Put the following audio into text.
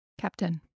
Captain